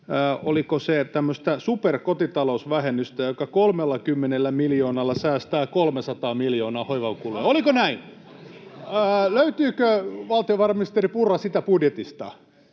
oliko se, tämmöistä superkotitalousvähennystä, joka 30 miljoonalla säästää 300 miljoonaa hoivakuluja. Oliko näin? [Timo Heinonen: Se oli Sitran